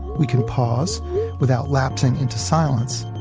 we can pause without lapsing into silence,